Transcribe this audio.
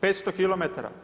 500 km?